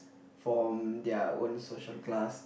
from their own social class